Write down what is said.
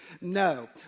no